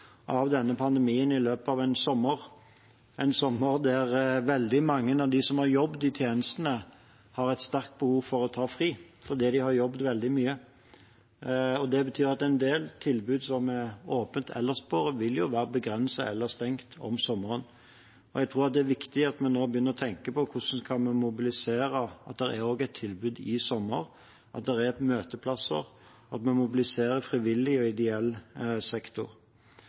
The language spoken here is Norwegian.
av denne pandemien i løpet av en sommer, en sommer der veldig mange av dem som har jobbet i tjenestene, har et sterkt behov for å ta fri fordi de har jobbet veldig mye. Det betyr at en del tilbud som er åpent ellers i året, vil være begrenset eller stengt om sommeren, og jeg tror det er viktig at vi nå begynner å tenke på hvordan vi kan mobilisere slik at det også er et tilbud i sommer, at det er møteplasser, at vi mobiliserer frivillig og ideell sektor.